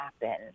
happen